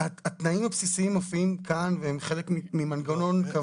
התנאים הבסיסיים מופיעים כאן והם חלק ממנגנון קבוע.